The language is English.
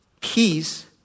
peace